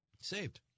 Saved